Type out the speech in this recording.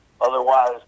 Otherwise